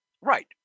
right